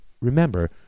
remember